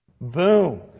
Boom